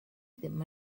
ddim